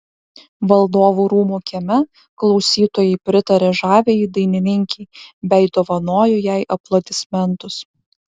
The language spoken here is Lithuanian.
valdovų rūmų kieme klausytojai pritarė žaviajai dainininkei bei dovanojo jai aplodismentus